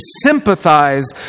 sympathize